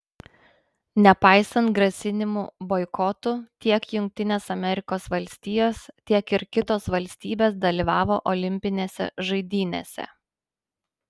nepaisant grasinimų boikotu tiek jungtinės amerikos valstijos tiek ir kitos valstybės dalyvavo olimpinėse žaidynėse